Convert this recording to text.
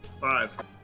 Five